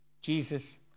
Jesus